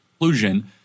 Inclusion